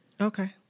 Okay